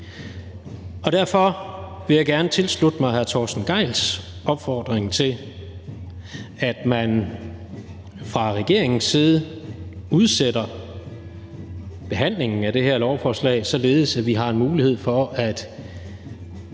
Derfor vil jeg gerne tilslutte mig hr. Torsten Gejls opfordring til, at man fra regeringens side udsætter behandlingen af det her lovforslag, således at vi har en mulighed for at være